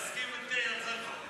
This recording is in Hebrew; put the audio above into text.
תסכים אתי על זה.